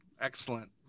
Excellent